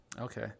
Okay